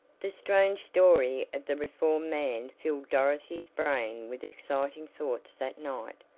the strange story of the reformed man filled dorothy's brain with exciting thoughts that night,